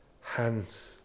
hands